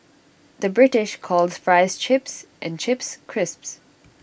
the British calls Fries Chips and Chips Crisps